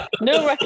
No